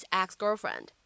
ex-girlfriend